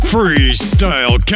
Freestyle